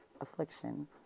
affliction